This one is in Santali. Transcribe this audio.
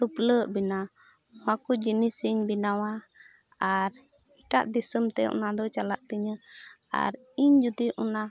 ᱴᱩᱯᱞᱟᱹᱜ ᱵᱮᱱᱟᱣ ᱱᱚᱣᱟ ᱠᱚ ᱡᱤᱱᱤᱥᱤᱧ ᱵᱮᱱᱟᱣᱟ ᱟᱨ ᱮᱴᱟᱜ ᱫᱤᱥᱚᱢᱛᱮ ᱚᱱᱟᱫᱚ ᱪᱟᱞᱟᱜ ᱛᱤᱧᱟᱹ ᱟᱨ ᱤᱧ ᱡᱩᱫᱤ ᱚᱱᱟ